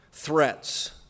threats